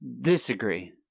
Disagree